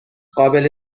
قابل